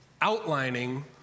outlining